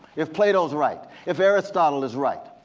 if plato's right. if aristotle is right,